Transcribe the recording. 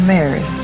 Mary